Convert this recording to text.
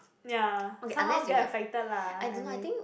ya somehow get affected lah I mean